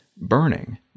burning